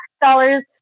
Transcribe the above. dollars